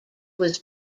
was